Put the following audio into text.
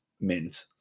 mint